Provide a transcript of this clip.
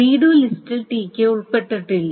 read ലിസ്റ്റിൽ Tk ഉൾപ്പെട്ടിട്ടില്ല